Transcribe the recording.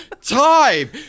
time